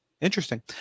Interesting